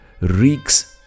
reeks